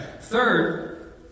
Third